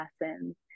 lessons